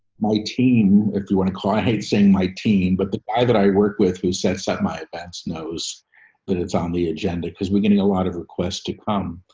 my team, if you want to call, i hate saying my team, but the guy that i work with who sets up my events knows that it's on the agenda because we're getting a lot of requests to come.